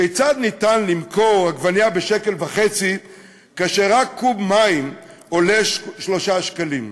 כיצד ניתן למכור עגבנייה בשקל וחצי כאשר רק קוב מים עולה 3 שקלים?